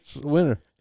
winner